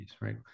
right